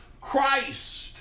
Christ